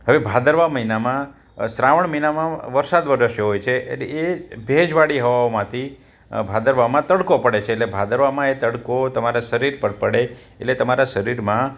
હવે ભાદરવા મહિનામાં શ્રાવણ મહિનામાં વરસાદ વરસ્યો હોય છે એટલે એ ભેજવાળી હવામાંથી ભાદરવામાં તડકો પડે છે એટલે ભાદરવામાં એ તડકો તમારા શરીર પર પડે એટલે તમારા શરીરમાં